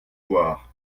voir